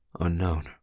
unknown